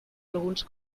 alguns